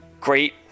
great